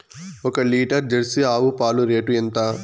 ఒక litre jersey ఆవు పాలు రేటు ఎంత?